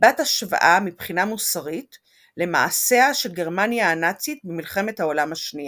בת-השוואה מבחינה מוסרית למעשיה של גרמניה הנאצית במלחמת העולם השנייה.